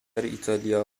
ایتالیا